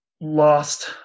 lost